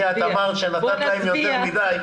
אתה אמרת שנתת להם יותר מדי,